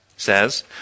Says